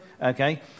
Okay